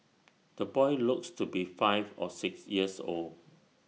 the boy looks to be five or six years old